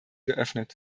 geöffnet